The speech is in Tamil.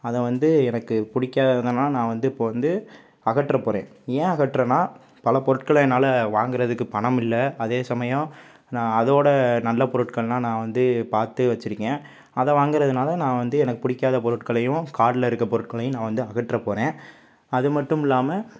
அதை வந்து எனக்குப் பிடிக்காதது என்னென்னா நான் வந்து இப்போ வந்து அகற்றப் போகிறேன் ஏன் அகற்றேன்னா பல பொருட்களை என்னால் வாங்கிறதுக்கு பணமில்ல அதே சமயம் நான் அதோடய நல்ல பொருட்களெலாம் நான் வந்து பார்த்து வச்சுருக்கேன் அதை வாங்கிறதுனால நான் வந்து எனக்குப் பிடிக்காத பொருட்களையும் கார்டில் இருக்கின்ற பொருள்களையும் நான் வந்து அகற்றப் போகிறேன் அது மட்டுமில்லாமல்